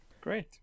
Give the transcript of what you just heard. great